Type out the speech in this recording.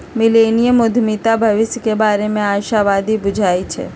millennium उद्यमीता भविष्य के बारे में आशावादी बुझाई छै